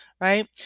right